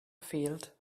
field